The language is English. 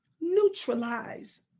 neutralize